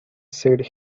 said